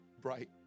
bright